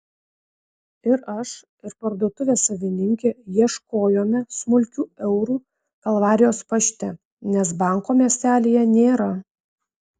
ir aš ir parduotuvės savininkė ieškojome smulkių eurų kalvarijos pašte nes banko miestelyje nėra